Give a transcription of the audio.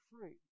free